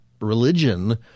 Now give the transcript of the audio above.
religion